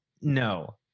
no